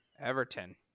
Everton